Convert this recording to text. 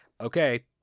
Okay